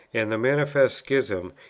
and the manifest schism,